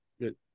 Good